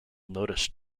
noticed